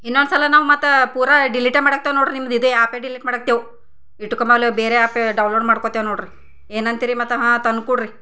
ಇನ್ನೊಂದ್ಸಲ ನಾವು ಮತ್ತೆ ಪೂರ ಡಿಲಿಟೇ ಮಾಡಾಕ್ತೆವೆ ನೋಡಿರಿ ನಿಮ್ಮದು ಇದೇ ಆ್ಯಪೇ ಡಿಲಿಟ್ ಮಾಡಾಕ್ತೆವೆ ಇಟ್ಕಮಾಲು ಬೇರೆ ಆ್ಯಪೇ ಡೌನ್ಲೋಡ್ ಮಾಡ್ಕೊತೇವೆ ನೋಡಿರಿ ಏನಂತಿರಿ ಮತ್ತೆ ಹಾಂ ತಂದು ಕೊಡಿರಿ